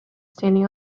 standing